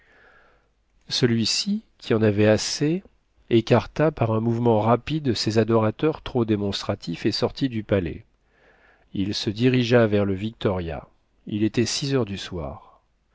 celui-ci qui en avait assez écarta par un mouvement rapide ses adorateurs trop démonstratifs et sortit du palais il se dirigea vers le victoria il était six heures du soir